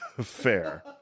Fair